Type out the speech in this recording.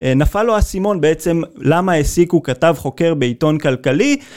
נפל לו הסימון בעצם למה העסיקו כתב חוקר בעיתון כלכלי.